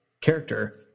character